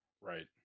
Right